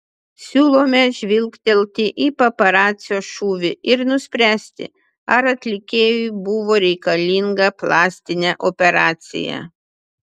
siūlome žvilgtelti į paparacio šūvį ir nuspręsti ar atlikėjui buvo reikalinga plastinė operacija